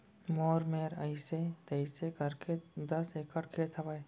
मोर मेर अइसे तइसे करके दस एकड़ खेत हवय